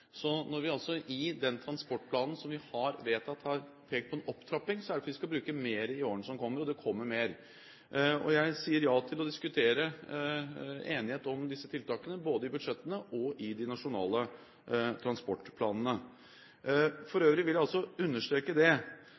vi er fornøyd. Når vi i den transportplanen som vi har vedtatt, har pekt på en opptrapping, er det fordi vi skal bruke mer i årene som kommer. Og det kommer mer. Jeg sier ja til å diskutere for å komme fram til enighet om disse tiltakene, både i budsjettene og i de nasjonale transportplanene. For øvrig vil jeg også understreke at det